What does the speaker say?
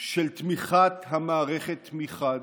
של תמיכת המערכת מחד